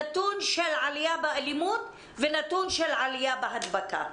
נתון של עלייה באלימות ונתון של עלייה בהדבקה?